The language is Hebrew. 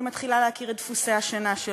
היא מתחילה להכיר את דפוסי השינה שלו,